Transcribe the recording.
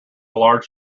large